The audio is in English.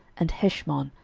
and heshmon,